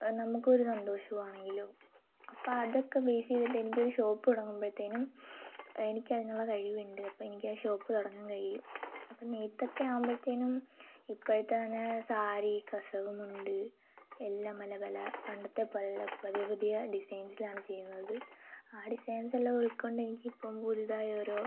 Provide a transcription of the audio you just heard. നമ്മൾക്കൊരു സന്തോഷമാണെങ്കിലും അപ്പം അതൊക്കെ ബേസ് ചെയ്തിട്ട് എനിക്കൊരു ഷോപ്പ് തുടങ്ങുമ്പോഴത്തേക്കും എനിക്ക് അതിനുള്ള കഴിവുണ്ട് അപ്പോൾ എനിക്ക് ആ ഷോപ്പ് തുടങ്ങാൻ കഴിയും അപ്പം നെയ്ത്തൊക്കെ ആവുമ്പോഴത്തേക്കും ഇപ്പോഴത്തെതന്നെ സാരി കസവുമുണ്ട് എല്ലാം പല പല പണ്ടത്തെ പോലെയല്ല പുതിയ പുതിയ ഡിസൈൻസിലാണ് ചെയ്യുന്നത് ആ ഡിസൈൻസെല്ലാം ഉൾക്കൊണ്ട് എനിക്കിപ്പം പുതുതായി ഓരോ